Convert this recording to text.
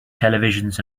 televisions